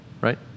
right